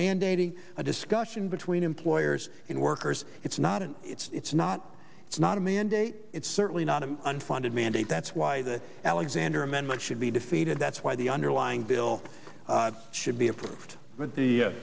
mandating a discussion between employers and workers it's not and it's not it's not a mandate it's certainly not an unfunded mandate that's why the alexander amendment should be defeated that's why the underlying bill should be approved with the